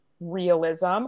realism